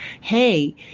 hey